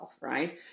right